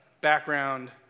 background